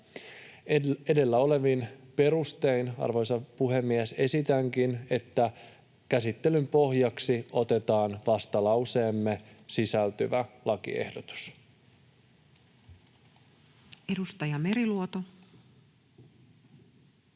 Edellä olevin perustein, arvoisa puhemies, esitänkin, että käsittelyn pohjaksi otetaan vastalauseeseemme sisältyvä lakiehdotus. Edustaja Meriluoto.